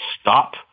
stop